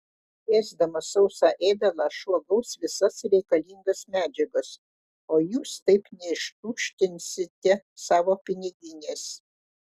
ėsdamas sausą ėdalą šuo gaus visas reikalingas medžiagas o jūs taip neištuštinsite savo piniginės